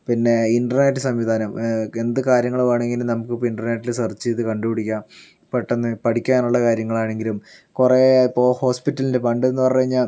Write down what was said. പിന്നെ ഇൻറർനെറ്റ് സംവിധാനം എന്ത് കാര്യങ്ങള് വേണമെങ്കിലും നമുക്ക് ഇൻറർനെറ്റില് സെർച്ച് ചെയ്ത് കണ്ട് പിടിക്കാം പെട്ടന്ന് പഠിക്കാനുള്ള കാര്യങ്ങളാണെങ്കിലും കുറെ ഇപ്പോൾ ഹോസ്പിറ്റലിൽ പണ്ടെന്ന് പറഞ്ഞ് കഴിഞ്ഞാൽ